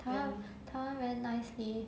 taiwan taiwan very nice leh